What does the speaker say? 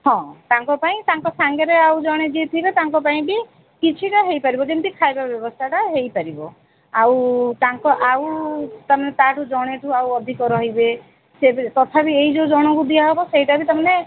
ହଁ ତାଙ୍କ ପାଇଁ ତାଙ୍କ ସାଙ୍ଗେରେ ଆଉ ଜଣେ ଯିଏ ଥିବେ ତାଙ୍କ ପାଇଁ ବି କିଛିଟା ହେଇପାରିବ ଯେମିତି ଖାଇବା ବ୍ୟବସ୍ଥାଟା ହେଇପାରିବ ଆଉ ତାଙ୍କ ଆଉ ତୁମେ ତାଠୁ ଜଣେ ଠୁ ଆଉ ଅଧିକ ରହିବେ ସେ ବି ତଥାପି ଏଇ ଯେଉଁ ଜଣକୁ ଦିଆହବ ସେଇଟା ବି ତା ମାନେ